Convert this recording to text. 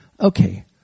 Okay